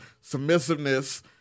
submissiveness